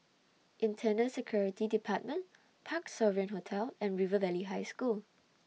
Internal Security department Parc Sovereign Hotel and River Valley High School